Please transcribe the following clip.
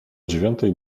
dziewiątej